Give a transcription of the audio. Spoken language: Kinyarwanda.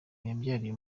yabyariye